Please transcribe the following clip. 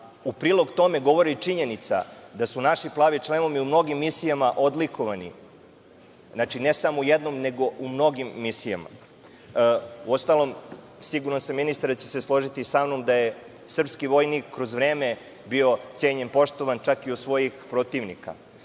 u prilog tome govori i činjenica da su naši „plavi šlemovi“ u mnogim misijama odlikovani ne samo u jednoj, nego u mnogim misijama. Siguran sam ministre da ćete se složiti sa mnom da je srpski vojnik kroz vreme bio cenjen, poštovan, čak i od svojih protivnika.